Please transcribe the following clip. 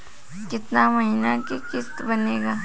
कितना महीना के किस्त बनेगा?